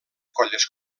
colles